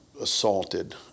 assaulted